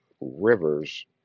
rivers